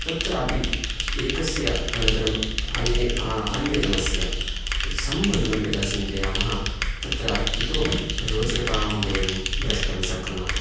तत्रापि एकस्य अनन्तरं अने अन्यतमस्य सम्बन्धं यदा चिन्तयामः तत्र इतोपि रोचकतां वयं द्रष्टुं शक्नुमः